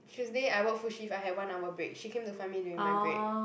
Tuesday I work full shift I have one hour break she came to find me during my break